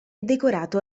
decorato